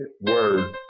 Word